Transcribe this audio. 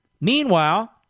Meanwhile